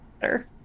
better